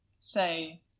say